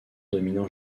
dominant